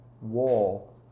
wall